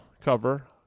cover